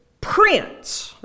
prince